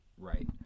Right